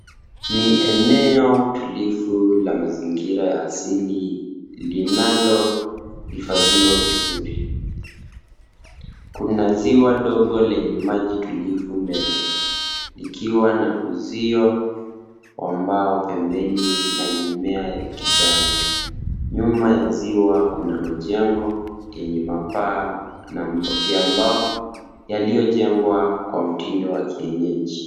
Ni eneo tulivu la mazingira ya asili linalohifadhiwa vizuri. Kuna ziwa ndogo lenye maji tulivu mbele likiwa na uzio wa mbao pembeni na mimea ya kijani. Nyuma ya ziwa kuna majengo yenye mapaa ya mbao yaliyojengwa kwa mtindo wa kienyeji.